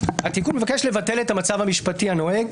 התיקון מבקש לבטל את המצב המשפטי הנוהג,